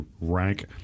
rank